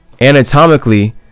Anatomically